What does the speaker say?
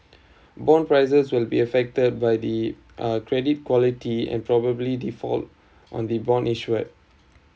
bond prices will be affected by the uh credit quality and probably default on the bond issued